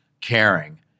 caring